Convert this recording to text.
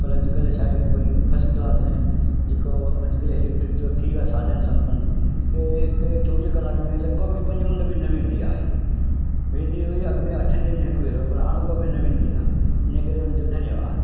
पर अॼुकल्ह छाहे की बई फस्ट क्लास ऐं जेको अॼुकल्ह इलैक्ट्रीक जो थी वयो आहे साधनि संपन्न त हिते चोवीह कलाक में लॻभॻि बि पंज मिंट बि न वेंदी आहे वेंदी हुई अॻु में अठनि ॾींहनि में हिकु भेरो पर हाणे उहा बि न वेंदी आहे हिन करे हुन जो धन्यवाद